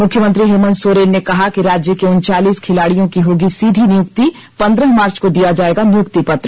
मुख्यमंत्री हेमंत सोरेन ने कहा कि राज्य के उनचालीस खिलाड़ियों की होगी सीधी नियुक्ति पंद्रह मार्च को दिया जायेगा नियुक्ति पत्र